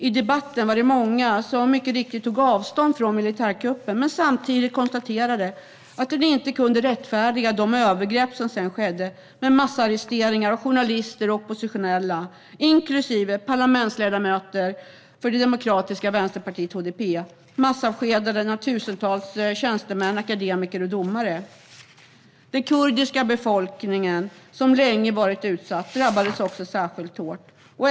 I debatten var det många som mycket riktigt tog avstånd från militärkuppen men samtidigt konstaterade att man inte kunde rättfärdiga de övergrepp som sedan skedde med massarresteringar av journalister och oppositionella, inklusive parlamentsledamöter från det demokratiska vänsterpartiet HDP, och massavskedanden av tusentals tjänstemän, akademiker och domare. Den kurdiska befolkningen, som länge varit utsatt, drabbades särskilt hårt.